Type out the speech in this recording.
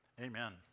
amen